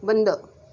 बंद